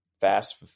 fast